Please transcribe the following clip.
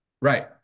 Right